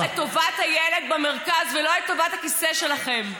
שימו את טובת הילד במרכז, ולא את טובת הכיסא שלכם.